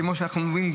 כמו שאנחנו אומרים,